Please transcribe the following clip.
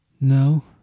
No